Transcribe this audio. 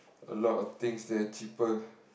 a lot of things they're cheaper